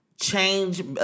change